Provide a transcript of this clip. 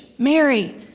Mary